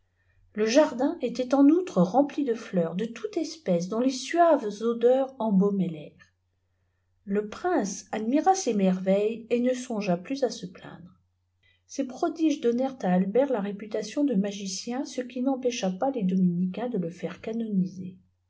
le jardin était en outre rempli de fleurs de toute espèce dont les suaves odeurs embaumaient fair le pfineé admira ces môrveihes et n songe plus à se plaindre ces prodiges donnèrent à albert la réputation de magicien cd qui n'empécbapas les dominicains de le ire canoniser